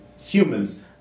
humans